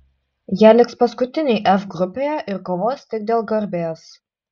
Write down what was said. jie liks paskutiniai f grupėje ir kovos tik dėl garbės